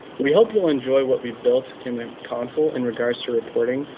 we hope you'll enjoy what we've built in the console in regards so reporting,